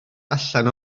allan